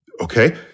Okay